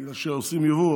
בגלל שעושים יבוא,